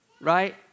Right